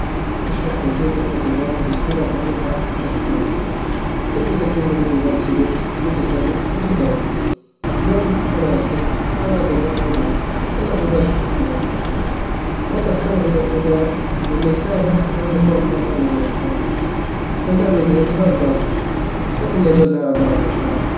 اشرح كيفية الاعتذار بصورة صحيحة لشخص ما. ابدأ بتقديم الاعتذار بصدق وبوجه صادق بدون تردد قل "أنا آسف" أو "أعتذر" بوضوح، وخلك مباشر في كلامك وضح سبب الاعتذار لانه يساهم في فهم الطرف الآخر لموقفك استمع له زين ولا تقاطعه، خلي مجال له يعبر عن مشاعره